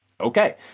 Okay